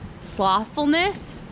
slothfulness